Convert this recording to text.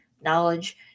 knowledge